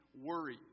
worry